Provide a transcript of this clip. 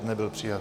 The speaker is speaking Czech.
Nebyl přijat.